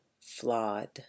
flawed